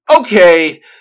okay